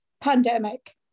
pandemic